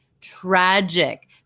tragic